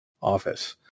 office